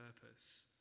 purpose